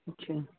اچھا